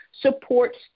supports